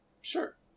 Sure